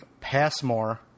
Passmore